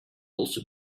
also